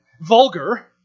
vulgar